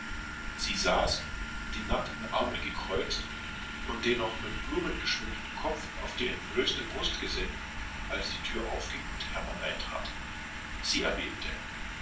sie da die nackten arme übereinandergekreuzt und das noch mit blumen gekränzte haupt auf die entblößte brust gesenkt plötzlich öffnete sich die türe und hermann trat ein sie erzitterte